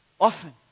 Often